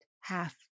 half